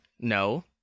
No